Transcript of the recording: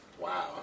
Wow